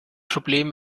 problem